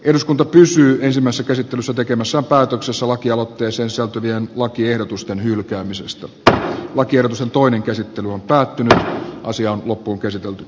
eduskunta pysyy ensimmäiset esittelyssä tekemässä päätöksessä lakialoitteeseen sisältyvien lakiehdotusten hylkäämisestä tää lakiehdotus on toinen käsittely on päättynyt ja asia on loppuunkäsitelty